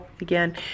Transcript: again